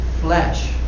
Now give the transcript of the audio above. flesh